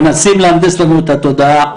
מנסים להנדס לנו את התודעה,